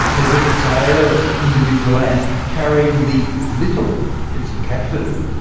there's a trail of individual ants carrying the little bits of cat food.